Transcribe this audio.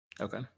Okay